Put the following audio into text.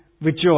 Rejoice